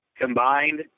combined